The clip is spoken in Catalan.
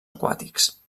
aquàtics